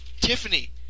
Tiffany